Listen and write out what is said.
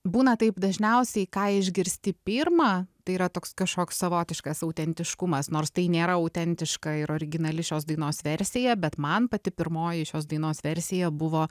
būna taip dažniausiai ką išgirsti pirma tai yra toks kažkoks savotiškas autentiškumas nors tai nėra autentiška ir originali šios dainos versija bet man pati pirmoji šios dainos versija buvo